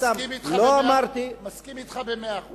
אני מסכים אתך במאה אחוז.